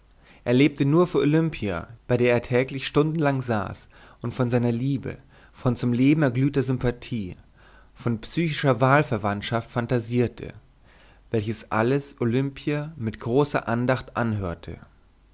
er lebte nur für olimpia bei der er täglich stundenlang saß und von seiner liebe von zum leben erglühter sympathie von psychischer wahlverwandtschaft fantasierte welches alles olimpia mit großer andacht anhörte